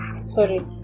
sorry